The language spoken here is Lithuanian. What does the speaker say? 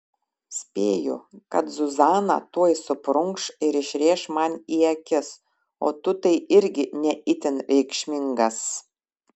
spėju kad zuzana tuoj suprunkš ir išrėš man į akis o tu tai irgi ne itin reikšmingas